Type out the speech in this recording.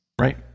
Right